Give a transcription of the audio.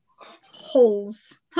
holes